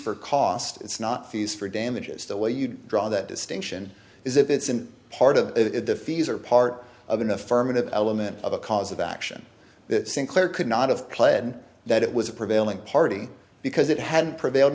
for cost it's not fees for damages the way you draw that distinction is if it's a part of the fees or part of an affirmative element of a cause of action that sinclair could not have pled that it was a prevailing party because it had prevailed